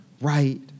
right